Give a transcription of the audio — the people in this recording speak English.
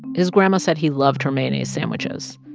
his grandma said he loved her mayonnaise sandwiches.